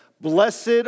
Blessed